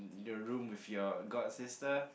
the room with your godsister